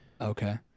Okay